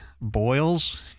boils